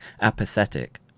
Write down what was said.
apathetic